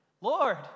Lord